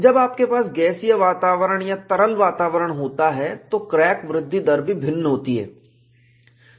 जब आपके पास गैसीय वातावरण या तरल लिक्विड वातावरण होता है तो क्रैक वृद्धि दर भी भिन्न होती है